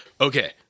okay